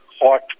hot